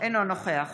אינו נוכח